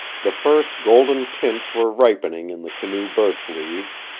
the first golden tints were ripening in the canoe-birch leaves,